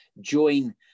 join